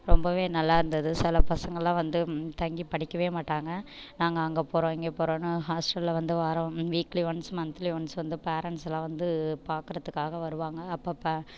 ரொம்பவே நல்லாருந்துது சில பசங்கள்லாம் வந்து தங்கி படிக்கவே மாட்டாங்க நாங்கள் அங்கே போகறோம் இங்கே போகறோன்னு ஹாஸ்ட்டலில் வந்து வாரம் வீக்லி ஒன்ஸ் மன்த்லி ஒன்ஸ் வந்து பேரண்ட்ஸ்லாம் வந்து பார்க்கறதுக்காக வருவாங்க அப்பப்போ